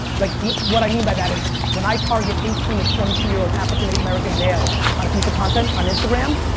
like like what i mean by that is when i target eighteen to twenty two year old african-american males on a piece of content on instagram,